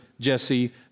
Jesse